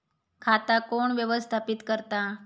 खाता कोण व्यवस्थापित करता?